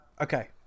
okay